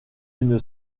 une